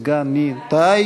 גם השר התורן,